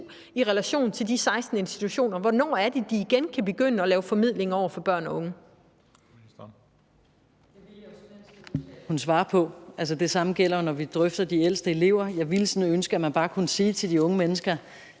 perspektiv for de 16 institutioner. Hvornår er det, de igen kan begynde at lave formidling over for børn og unge?